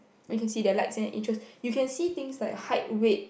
or you can see their likes and interest you can see things like height weight